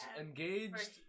Engaged